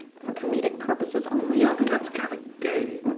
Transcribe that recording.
for comedic purposes only. you don't think that's kind of gay?